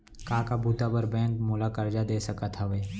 का का बुता बर बैंक मोला करजा दे सकत हवे?